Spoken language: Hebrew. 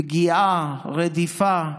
פגיעה, רדיפה,